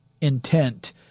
intent